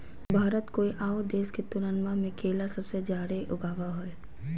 भारत कोय आउ देश के तुलनबा में केला सबसे जाड़े उगाबो हइ